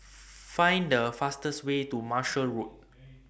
Find The fastest Way to Marshall Road